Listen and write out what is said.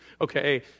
okay